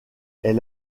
est